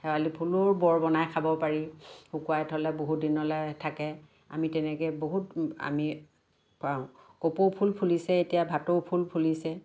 শেৱালিফুলৰো বৰ বনাই খাব পাৰি শুকোৱাই থলে বহুত দিনলৈ থাকে আমি তেনেকৈ বহুত আমি পাওঁ কপৌ ফুল ফুলিছে এতিয়া ভাটৌ ফুল ফুলিছে